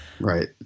Right